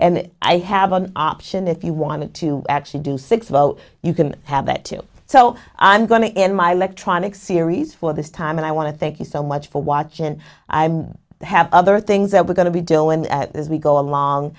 and i have an option if you want to actually do six well you can have that too so i'm going to end my leg tropics series for this time and i want to thank you so much for watching i'm have other things that we're going to be dylan as we go along